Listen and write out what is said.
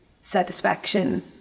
satisfaction